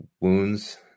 wounds